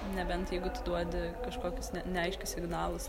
nebent jeigu tu duodi kažkokius ne neaiškius signalus